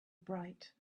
bright